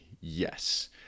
yes